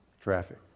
traffic